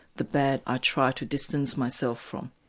the bad i try to distance myself from.